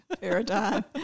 paradigm